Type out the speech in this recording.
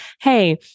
hey